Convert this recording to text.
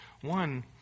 One